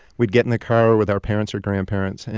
we'd get in the car with our parents or grandparents, and